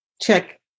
check